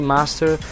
Master